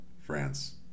France